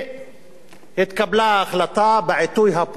התקבלה ההחלטה בעיתוי הפוליטי הנכון,